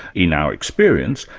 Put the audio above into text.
in our experience,